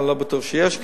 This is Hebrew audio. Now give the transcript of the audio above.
אני לא בטוח שיש,